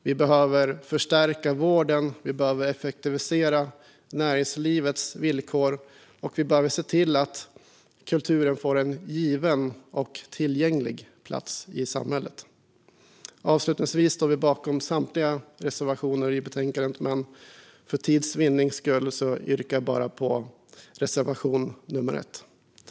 Vi behöver förstärka vården, effektivisera näringslivets villkor och se till att kulturen får en given och tillgänglig plats i samhället. Avslutningsvis står vi bakom samtliga reservationer i betänkandet, men för tids vinning yrkar jag bifall enbart till reservation nummer 1.